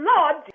Lord